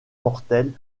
mortel